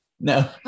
no